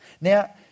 Now